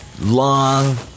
long